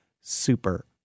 super